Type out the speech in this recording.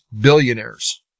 billionaires